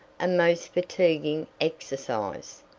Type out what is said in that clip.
a most fatiguing exercise.